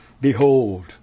Behold